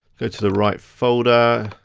go to the right folder,